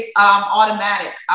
automatic